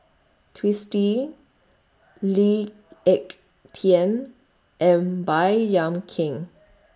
Twisstii Lee Ek Tieng and Baey Yam Keng